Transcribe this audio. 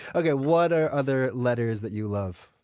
okay, what are other letters that you love?